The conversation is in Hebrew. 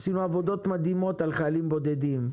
עשינו עבודות מדהימות על חיילים בודדים,